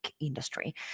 industry